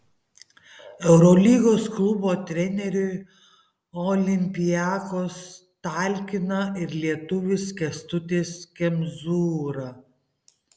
eurolygos klubo treneriui olympiakos talkina ir lietuvis kęstutis kemzūra